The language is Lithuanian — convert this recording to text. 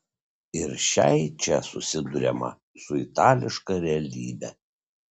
ir šiai čia susiduriama su itališka realybe